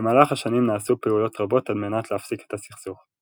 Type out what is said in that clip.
במהלך השנים נעשו פעולות רבות על מנת להפסיק את הסכסוך.